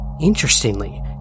Interestingly